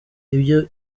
ibyo